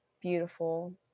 beautiful